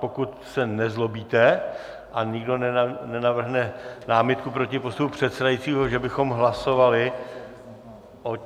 Pokud se nezlobíte a nikdo nenavrhne námitku proti postupu předsedajícího, že bychom hlasovali o